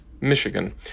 Michigan